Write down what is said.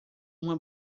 uma